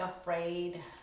afraid